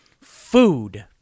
food